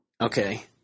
Okay